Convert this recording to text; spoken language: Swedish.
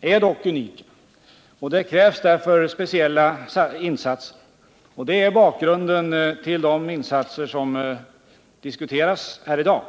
är dock unika, och det krävs därför speciella insatser. Detta är bakgrunden till de insatser som diskuteras här i dag.